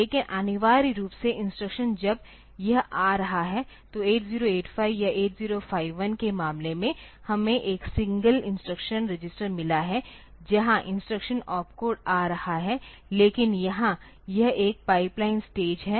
लेकिन अनिवार्य रूप से इंस्ट्रक्शन जब यह आ रहा है तो 8085 या 8051 के मामले में हमें एक सिंगल इंस्ट्रक्शन रजिस्टर मिला है जहां इंस्ट्रक्शन ओपकोड आ रहा है लेकिन यहां यह एक पाइपलाइन स्टेज है